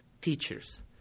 teachers